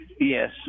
Yes